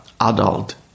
adult